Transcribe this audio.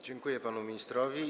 Dziękuję panu ministrowi.